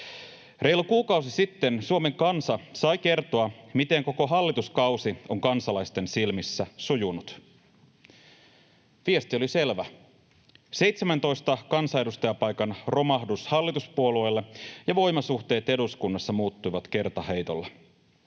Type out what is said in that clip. Reilu kuukausi sitten Suomen kansa sai kertoa, miten koko hallituskausi on kansalaisten silmissä sujunut. Viesti oli selvä: 17 kansanedustajapaikan romahdus hallituspuolueilla, ja voimasuhteet eduskunnassa muuttuivat kertaheitolla.